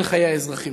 אל חיי האזרחים.